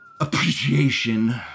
appreciation